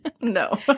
No